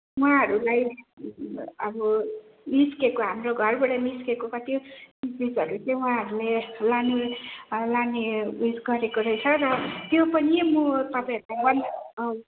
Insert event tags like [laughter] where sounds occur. उहाँहरूलाई अब निस्केको हाम्रो घरबाट निस्केको कति चिजहरू चाहिँ उहाँहरूले लाने लाने उइस गरेको रहेछ र त्यो पनि म तपाईँहरूले [unintelligible]